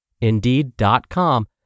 Indeed.com